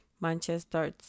Manchester